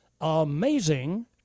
Amazing